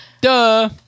Duh